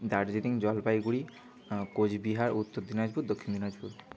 Darjeeling Jalpaiguri Cooch Behar Uttar Dinajpur Dakshin Dinajpur